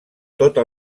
tota